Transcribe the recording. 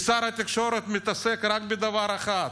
כי שר התקשורת מתעסק רק בדבר אחד,